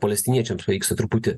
palestiniečiams pavyksta truputį